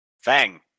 Fang